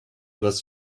was